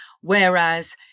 Whereas